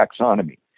taxonomy